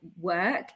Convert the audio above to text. work